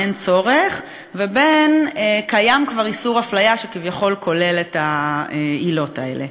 אין צורך" ובין "קיים כבר איסור הפליה" שכביכול כולל את העילות האלה.